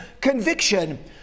conviction